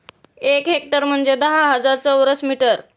एक हेक्टर म्हणजे दहा हजार चौरस मीटर